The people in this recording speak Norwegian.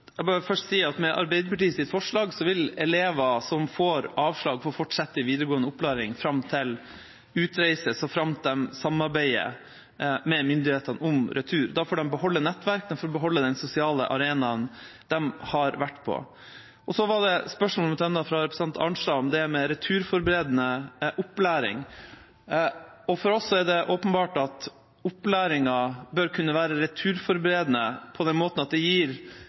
Jeg må først si at med Arbeiderpartiets forslag vil elever som får avslag på å få fortsette videregående opplæring fram til utreise, så fremt de samarbeider med myndighetene om retur, få beholde nettverk, og de får beholde den sosiale arenaen de har vært på. Så var det et spørsmål fra representanten Arnstad om det med returforberedende opplæring. For oss er det åpenbart at opplæringen bør kunne være returforberedende på den måten at den gir